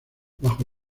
bajo